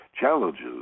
challenges